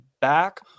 back